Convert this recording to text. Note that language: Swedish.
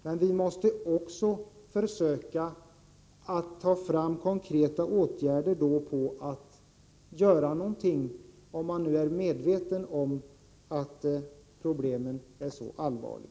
Men om regeringen nu är medveten om att problemen är så allvarliga, måste den försöka komma fram till konkret handling.